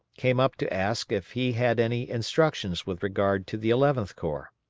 came up to ask if he had any instructions with regard to the eleventh corps.